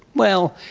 well,